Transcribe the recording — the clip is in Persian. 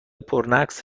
پرنقص